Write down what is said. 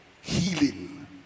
healing